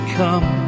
come